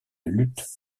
lutte